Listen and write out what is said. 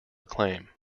acclaim